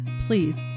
please